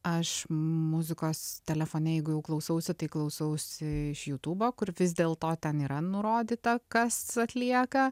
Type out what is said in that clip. aš muzikos telefone jeigu jau klausausi tai klausausi iš jutubo kur vis dėl to ten yra nurodyta kas atlieka